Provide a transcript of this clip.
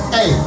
Hey